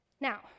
Now